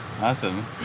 Awesome